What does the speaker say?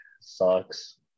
sucks